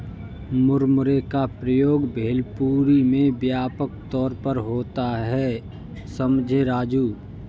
मुरमुरे का प्रयोग भेलपुरी में व्यापक तौर पर होता है समझे राजू